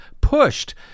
pushed